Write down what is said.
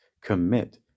commit